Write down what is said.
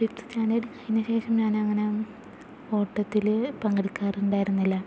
fifth standard കഴിഞ്ഞ ശേഷം ഞാൻ അങ്ങന ഓട്ടത്തില് പങ്കെടുക്കാറുണ്ടായിരുന്നില്ല